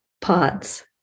pots